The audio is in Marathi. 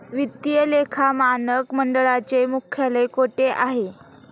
वित्तीय लेखा मानक मंडळाचे मुख्यालय कोठे आहे?